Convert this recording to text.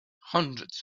hundreds